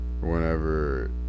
whenever